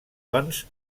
doncs